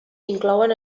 inclouen